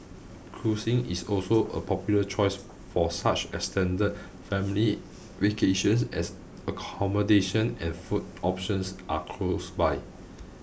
cruising is also a popular choice for such extended family vacations as accommodation and food options are close by